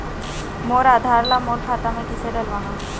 मोर आधार ला मोर खाता मे किसे डलवाहा?